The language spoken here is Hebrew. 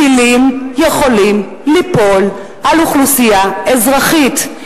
טילים יכולים ליפול בו על אוכלוסייה אזרחית.